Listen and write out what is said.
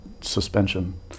suspension